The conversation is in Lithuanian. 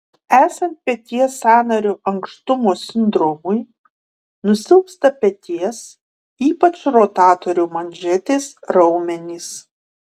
esant peties sąnario ankštumo sindromui nusilpsta peties ypač rotatorių manžetės raumenys